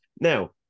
Now